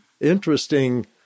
interesting